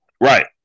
Right